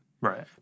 Right